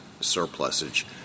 surplusage